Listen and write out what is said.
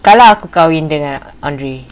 kalau aku kahwin dengan andre